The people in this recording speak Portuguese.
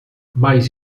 mas